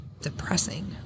depressing